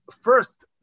first